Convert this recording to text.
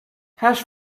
hash